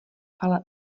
ale